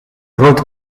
grote